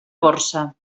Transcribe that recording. borsa